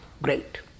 Great